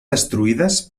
destruïdes